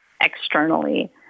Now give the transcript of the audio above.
externally